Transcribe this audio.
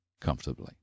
comfortably